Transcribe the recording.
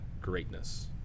greatness